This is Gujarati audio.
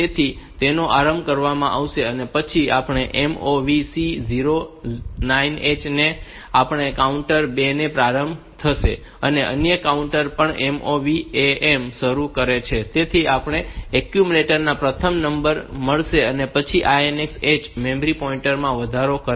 તેથી તેનો આરંભ કરવામાં આવશે અને પછી આપણે MOV C09H ને આપણે કાઉન્ટર 2 ને આરંભ કર્યું છે અને અન્ય કાઉન્ટર પણ MOV AM શરૂ કરે છે તેથી આપણને એક્યુમ્યુલેટર માં પ્રથમ નંબર મળશે અને પછી INX H તે મેમરી પોઇન્ટર માં વધારો કરશે